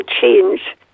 change